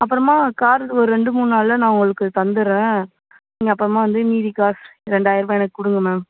அப்புறமா கார் ஒரு ரெண்டு மூணு நாளில் நான் உங்களுக்கு தந்துவிட்றேன் நீங்கள் அப்புறமா வந்து மீதி காசு ரெண்டாயிரமும் எனக்கு கொடுங்க மேம்